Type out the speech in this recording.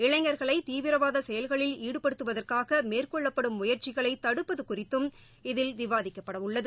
இளைஞர்களை தீவிரவாத செயல்களில் ஈடுபடுத்துவதற்காக மேற்கொள்ளப்படும் முயற்சிகளை தடுப்பது குறித்தும் இதில் விவாதிக்கப்படவுள்ளது